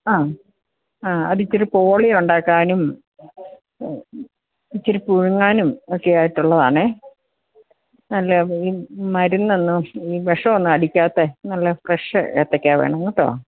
ആ ആ അത് ഇച്ചിരി ബോളി ഉണ്ടാക്കാനും ഇച്ചിരി പുഴുങ്ങാനും ഒക്കെ ആയിട്ടുള്ളതാണേ അല്ല അപ്പം ഈ മരുന്നൊന്നും ഈ വിഷവൊന്നും അടിക്കാത്ത നല്ല ഫ്രഷ് ഏത്തക്ക വേണം കേട്ടോ